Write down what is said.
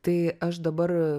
tai aš dabar